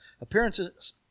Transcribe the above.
Appearances